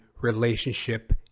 relationship